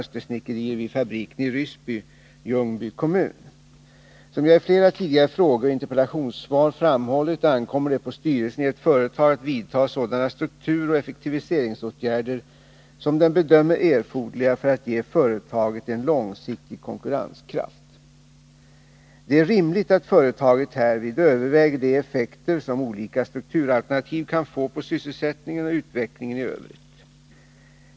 Som jag i flera tidigare frågeoch interpellationssvar framhållit ankommer det på styrelsen i ett företag att vidta sådana strukturoch effektiviseringsåtgärder som den bedömer erforderliga för att ge företaget en långsiktig konkurrenskraft. Det är rimligt att företaget härvid överväger de effekter som olika strukturalternativ kan få på sysselsättningen och utvecklingen i Övrigt.